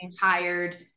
tired